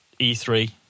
E3